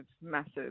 massive